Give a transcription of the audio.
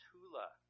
Tula